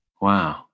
Wow